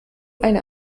eine